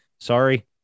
Sorry